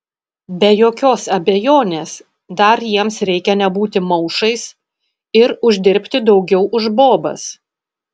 be jokios abejonės dar jiems reikia nebūti maušais ir uždirbti daugiau už bobas